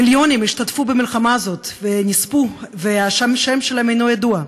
מיליונים השתתפות במלחמה הזאת ונספו והשם שלהם אינו ידוע.